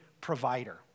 provider